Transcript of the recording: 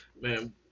man